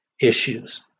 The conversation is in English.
issues